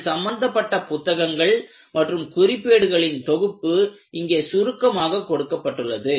அது சம்பந்தப்பட்ட புத்தகங்கள் மற்றும் குறிப்பேடுகளின் தொகுப்பு இங்கே சுருக்கமாக கொடுக்கப்பட்டுள்ளது